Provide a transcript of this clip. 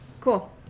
cool